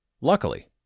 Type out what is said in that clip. Luckily